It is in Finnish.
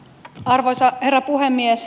arvoisa herra puhemies